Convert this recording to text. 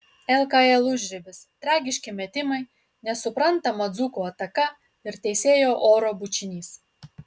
lkl užribis tragiški metimai nesuprantama dzūkų ataka ir teisėjo oro bučinys